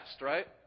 right